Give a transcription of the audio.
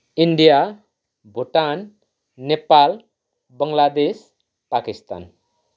India Bhutan Nepal Bangladesh Pakistan